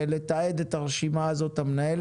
והמנהלת - לתעד את הרשימה הזאת,